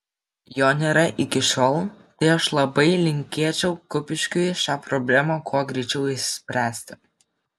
jo nėra iki šiol tai aš labai linkėčiau kupiškiui šią problemą kuo greičiau išspręsti